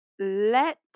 let